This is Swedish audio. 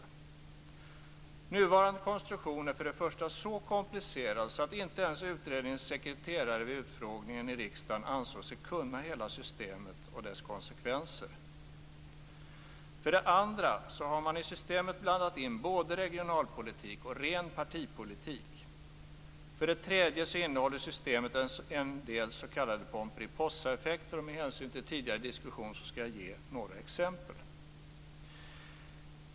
Den nuvarande konstruktionen är för det första så komplicerad att inte ens utredningens sekreterare vid utfrågningen i riksdagen ansåg sig kunna hela systemet och dess konsekvenser. För det andra har man i systemet blandat in både regionalpolitik och ren partipolitik. För det tredje innehåller systemet en del s.k. Pomperipossaeffekter. Med hänsyn till tidigare diskussion skall jag ge några exempel.